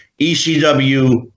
ECW